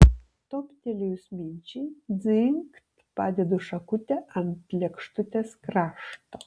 toptelėjus minčiai dzingt padedu šakutę ant lėkštutės krašto